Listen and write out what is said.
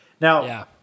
Now